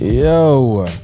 yo